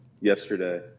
yesterday